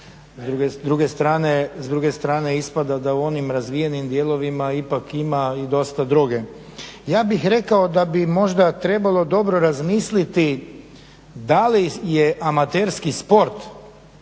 S druge strane ispada da u onim razvijenim dijelovima ipak ima i dosta droge. Ja bih rekao da bi možda trebalo dobro razmisliti da li je amaterski sport